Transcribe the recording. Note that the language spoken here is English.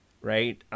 Right